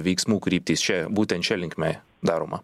veiksmų kryptys čia būtent šia linkme daroma